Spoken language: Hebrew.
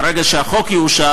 ברגע שהחוק יאושר,